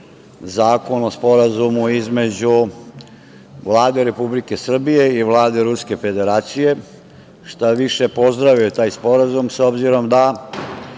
Zakon o sporazumu između Vlade Republike Srbije i Vlade Ruske Federacije. Šta više, pozdravio je taj sporazum s obzirom da